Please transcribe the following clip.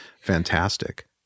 fantastic